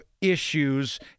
issues